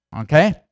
Okay